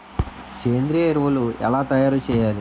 సేంద్రీయ ఎరువులు ఎలా తయారు చేయాలి?